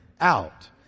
out